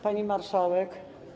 Pani Marszałek!